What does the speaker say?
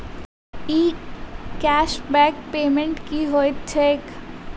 ई cash back point की होइत छैक?